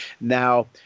Now